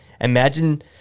imagine